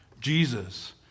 Jesus